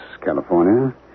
California